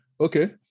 Okay